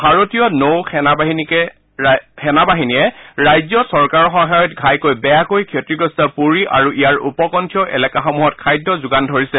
ভাৰতীয় নৌ সেনাবাহিনীয়ে ৰাজ্য চৰকাৰৰ সহায়ত ঘাইকৈ বেয়াকৈ ক্ষতিগ্ৰস্ত পুৰী আৰু ইয়াৰ উপকষ্ঠীয় এলেকাসমূহত খাদ্য যোগান ধৰিছে